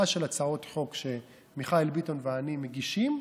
של הצעות חוק שמיכאל ביטון ואני מגישים,